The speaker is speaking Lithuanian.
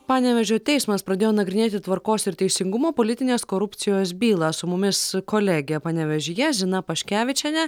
panevėžio teismas pradėjo nagrinėti tvarkos ir teisingumo politinės korupcijos bylą su mumis kolegė panevėžyje zina paškevičienė